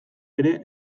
ere